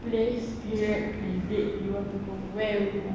place period and date you want to go where would you want